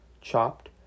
chopped